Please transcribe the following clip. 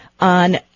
on